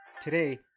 Today